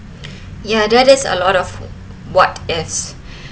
ya that is a lot of what ifs